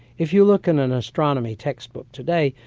if you look in an astronomy textbook today,